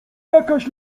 jakaś